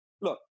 look